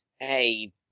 Hey